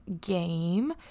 game